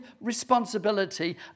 responsibility